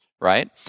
Right